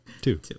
Two